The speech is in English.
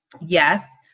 yes